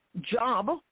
job